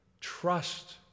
trust